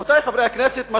רבותי חברי הכנסת,